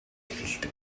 эхэлдэг